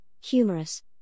humorous